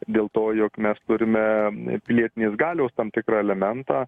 dėl to jog mes turime pilietinės galios tam tikrą elementą